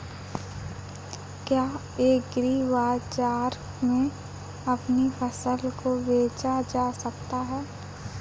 क्या एग्रीबाजार में अपनी फसल को बेचा जा सकता है?